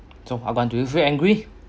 so alban do you feel angry